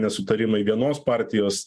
nesutarimai vienos partijos